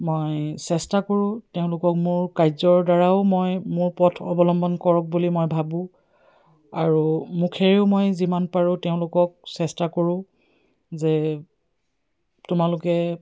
মই চেষ্টা কৰোঁ তেওঁলোকক মোৰ কাৰ্যৰদ্বাৰাও মই মোৰ পথ অৱলম্বন কৰক বুলি মই ভাবোঁ আৰু মুখেৰেও মই যিমান পাৰোঁ তেওঁলোকক চেষ্টা কৰোঁ যে তোমালোকে